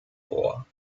vor